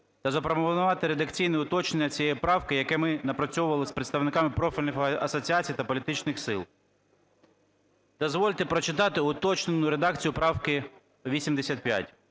Запропонувати редакційне уточнення цієї правки, яке ми напрацьовували з представниками профільних асоціацій та політичних сил. Дозвольте прочитати уточнену редакцію правки 85.